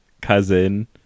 cousin